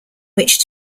which